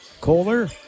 Kohler